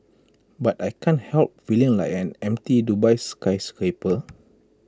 but I can't help feeling like an empty Dubai skyscraper